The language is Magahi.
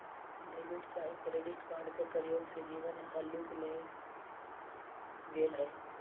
डेबिट चाहे क्रेडिट कार्ड के प्रयोग से जीवन हल्लुक भें गेल हइ